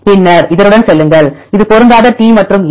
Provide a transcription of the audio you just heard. பின்னர் இதனுடன் செல்லுங்கள் இது பொருந்தாத T மற்றும் A